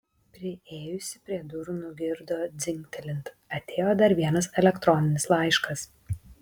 priėjusi prie durų nugirdo dzingtelint atėjo dar vienas elektroninis laiškas